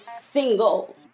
single